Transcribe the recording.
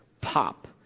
pop